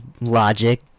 logic